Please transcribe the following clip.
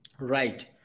right